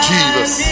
Jesus